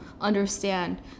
understand